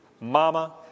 mama